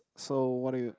so what do you